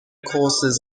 courses